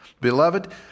Beloved